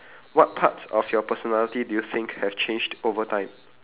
what parts of your personality do you think have changed over time